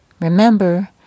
Remember